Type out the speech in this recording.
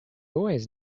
always